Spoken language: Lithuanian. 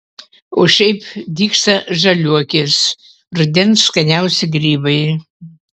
o šiaip dygsta žaliuokės rudens skaniausi grybai